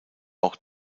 auch